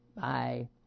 Bye